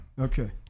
Okay